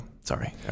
Sorry